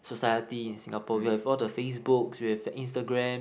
society in Singapore we have all the Facebooks we have Instagram